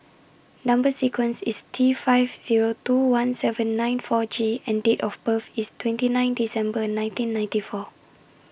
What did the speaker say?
Number sequence IS T five Zero two one seven nine four G and Date of birth IS twenty nine December nineteen ninety four